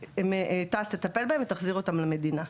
תעש תטפל בהם ותחזיר אותם למדינה.